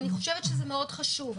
אני חושב שזה מאוד חשוב,